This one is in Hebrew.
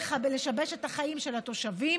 לשבש את החיים של התושבים.